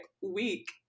week